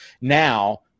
now